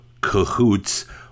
cahoots